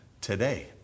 today